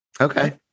Okay